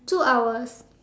two hours